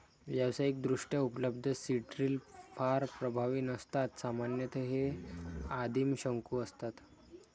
व्यावसायिकदृष्ट्या उपलब्ध seed drill फार प्रभावी नसतात सामान्यतः हे आदिम शंकू असतात